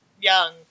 young